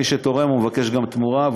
מי שתורם מבקש תמורה,